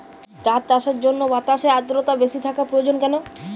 চা চাষের জন্য বাতাসে আর্দ্রতা বেশি থাকা প্রয়োজন কেন?